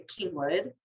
Kingwood